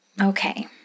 Okay